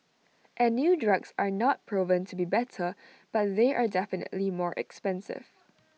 and new drugs are not proven to be better but they are definitely more expensive